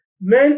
men